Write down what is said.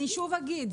אני שוב אגיד,